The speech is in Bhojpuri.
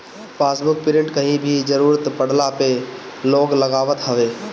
पासबुक प्रिंट के कहीं भी जरुरत पड़ला पअ लोग लगावत हवे